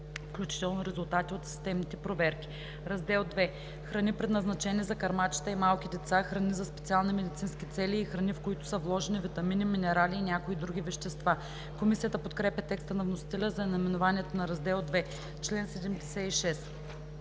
включително резултати от систематичните проверки.“ „Раздел II – Храни, предназначени за кърмачета и малки деца, храни за специални медицински цели и храни, в които са вложени витамини, минерали и някои други вещества.“ Комисията подкрепя текста на вносителя за наименованието на Раздел II.